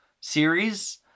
series